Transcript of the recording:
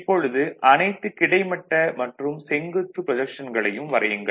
இப்பொழுது அனைத்து கிடைமட்ட மற்றும் செங்குத்து ப்ரொஜக்ஷன்களையும் வரையுங்கள்